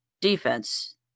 defense